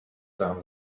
down